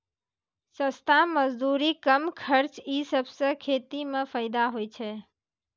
सस्ता मजदूरी, कम खर्च ई सबसें खेती म फैदा होय छै